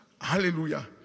Hallelujah